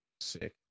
Sick